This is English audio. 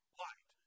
light